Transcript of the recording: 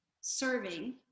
serving